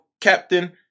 Captain